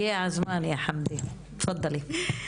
הגיע הזמן חמדה, תתכבדי.